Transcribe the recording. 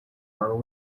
are